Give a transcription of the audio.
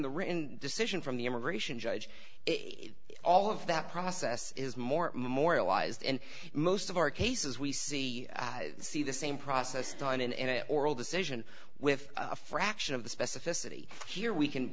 the written decision from the immigration judge all of that process is more memorialized in most of our cases we see i see the same process don and oral decision with a fraction of the specificity here we can